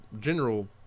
general